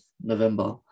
November